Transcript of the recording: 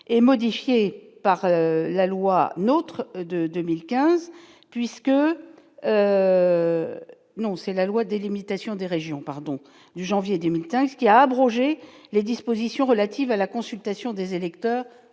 et modifié par la loi, notre de 2015, puisque non, c'est la loi de limitation des régions pardon du janvier 2005, ce qui à abroger les dispositions relatives à la consultation des électeurs